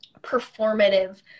performative